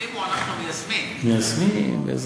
כבוד